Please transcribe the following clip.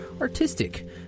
artistic